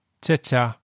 Ta-ta